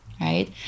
right